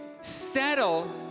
settle